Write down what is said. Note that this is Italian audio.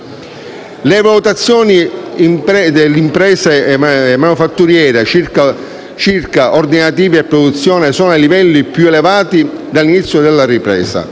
Le valutazioni delle imprese manifatturiere circa ordinativi e produzione sono ai livelli più elevati dall'inizio della ripresa;